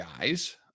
guys